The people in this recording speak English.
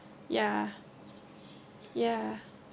yeah yeah